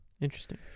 Interesting